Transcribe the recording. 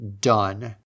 done